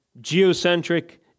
geocentric